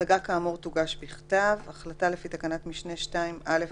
השגה כאמור תוגש בכתב, החלטה לפי תקנת משנה 2(א1)